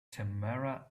tamara